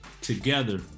Together